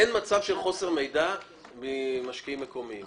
אין מצב של חוסר מידע על משקיעים מקומיים.